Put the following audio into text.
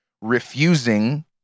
refusing